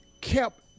kept